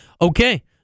okay